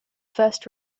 first